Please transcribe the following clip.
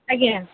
ଆଜ୍ଞା